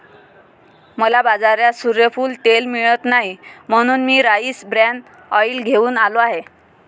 मला बाजारात सूर्यफूल तेल मिळत नाही म्हणून मी राईस ब्रॅन ऑइल घेऊन आलो आहे